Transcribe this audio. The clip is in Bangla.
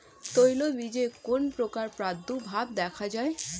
তৈলবীজে কোন পোকার প্রাদুর্ভাব দেখা যায়?